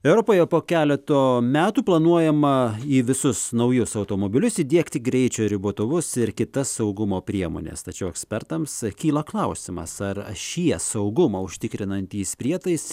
europoje po keleto metų planuojama į visus naujus automobilius įdiegti greičio ribotuvus ir kitas saugumo priemones tačiau ekspertams kyla klausimas ar šie saugumą užtikrinantys prietais